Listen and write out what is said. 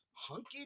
Hunky